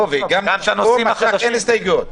אין הסתייגויות?